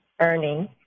earnings